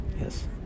Yes